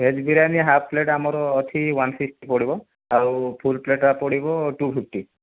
veg biryani half plate ଆମର ଅଛି one fifty ପଡ଼ିବ ଆଉ ଫୁଲ ପ୍ଲେଟଟା ପଡ଼ିବ ଟୁଫ୍ପିଟି